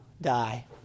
die